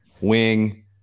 wing